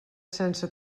sense